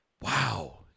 Wow